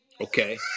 Okay